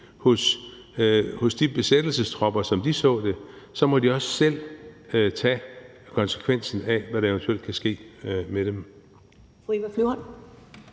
hos besættelsestropperne, sådan som de så det, så må de også selv tage konsekvensen af, hvad der eventuelt kan ske med dem.